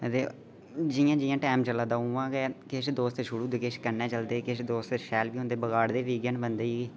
ते जि'यां जि'यां टैम चला दा ते उं'आ गै किश दोस्त छुड़ू दे किश कन्नै चलदे किश दोस्त शैल बी होंदे बगाड़दे बी इ'यै बंदे गी